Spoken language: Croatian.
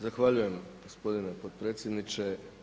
Zahvaljujem gospodine potpredsjedniče.